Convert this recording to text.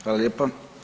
Hvala lijepa.